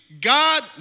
God